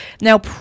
Now